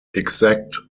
exact